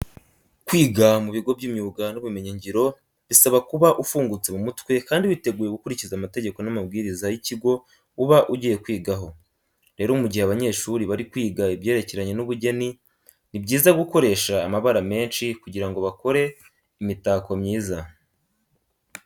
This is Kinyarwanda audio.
Kwiga mu bigo by'imyuga n'ubumyenyingiro bisaba kuba ufungutse mu mutwe kandi witeguye gukurikiza amategeko n'amabwiriza y'ikigo uba ugiye kwigaho. Rero mu gihe abanyeshuri bari kwiga ibyerekeranye n'ubugeni, ni byiza gukoresha amabara menshi kugira ngo bakore imitako myiza.